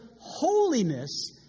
holiness